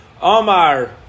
Omar